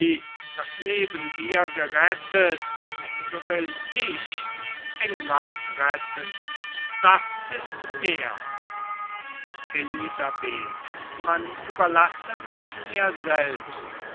das leben dir gerettet so will ich england retten das ist mehr elisabeth man überlasse mich mir selbst